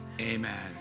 Amen